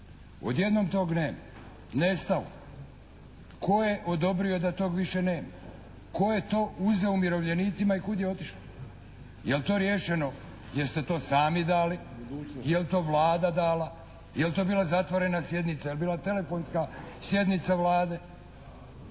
Odjednom tog nema. Nestalo. Tko je odobrio da tog više nema? Tko je to uzeo umirovljenicima i kud je otišao? Je li to riješeno, jeste to sami dali? Je li to Vlada dala? Je li to bila zatvorena sjednica? Je li bila telefonska sjednica Vlade?